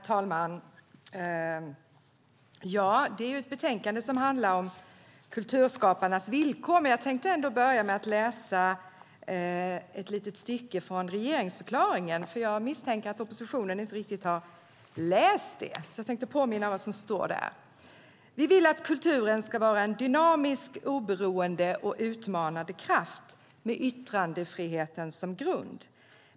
Herr talman! Detta är ett betänkande som handlar om kulturskaparnas villkor. Jag tänkte ändå börja med att läsa ett litet stycke från regeringsförklaringen. Jag misstänker att oppositionen inte riktigt har läst det, så jag tänkte påminna om vad som står där. Där står: "Vi vill att kulturen ska vara en dynamisk, utmanande och oberoende kraft med yttrandefriheten som grund.